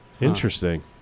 Interesting